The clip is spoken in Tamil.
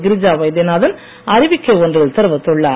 கிரிஜா வைத்தியநாதன் அறிவிக்கை ஒன்றில் தெரிவித்துள்ளார்